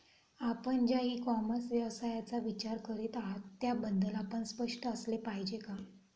आपण ज्या e commerce व्यवसायाचा विचार करीत आहात त्याबद्दल आपण स्पष्ट असले पाहिजे का?